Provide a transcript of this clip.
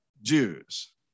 Jews